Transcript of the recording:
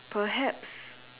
perhaps